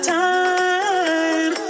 time